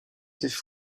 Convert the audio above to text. étaient